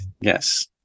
Yes